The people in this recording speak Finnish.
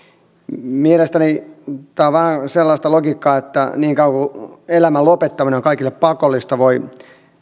mielestäni tämä on vähän sellaista logiikkaa että niin kauan kuin elämän lopettaminen on kaikille pakollista voi